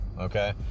Okay